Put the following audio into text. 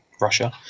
Russia